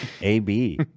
AB